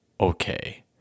okay